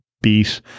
beat